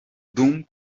dum